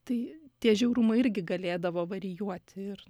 tai tie žiaurumai irgi galėdavo varijuoti ir